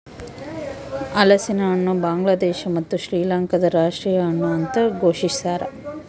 ಹಲಸಿನಹಣ್ಣು ಬಾಂಗ್ಲಾದೇಶ ಮತ್ತು ಶ್ರೀಲಂಕಾದ ರಾಷ್ಟೀಯ ಹಣ್ಣು ಅಂತ ಘೋಷಿಸ್ಯಾರ